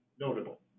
notable